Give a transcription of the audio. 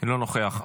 ואינו נוכח,